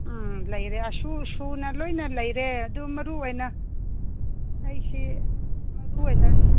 ꯎꯝ ꯂꯩꯔꯦ ꯁꯨꯅ ꯂꯣꯏꯅ ꯂꯩꯔꯦ ꯑꯗꯨ ꯃꯔꯨ ꯑꯣꯏꯅ ꯑꯩꯁꯤ ꯃꯔꯨ ꯑꯣꯏꯅ